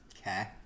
Okay